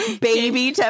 baby